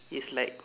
it's like